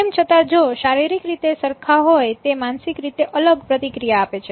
તેમછતાં જો શારીરિક રીતે સરખા હોય તે માનસિક રીતે અલગ પ્રતિક્રિયા આપે છે